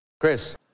Chris